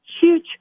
huge